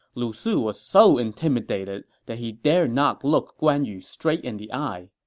lu su was so intimidated that he dared not look guan yu straight in the eye.